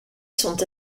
sont